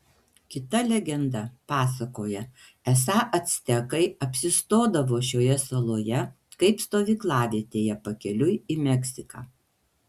kita legenda pasakoja esą actekai apsistodavo šioje saloje kaip stovyklavietėje pakeliui į meksiką